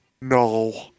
No